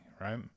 right